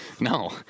no